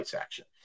action